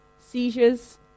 seizures